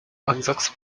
ansatz